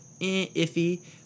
iffy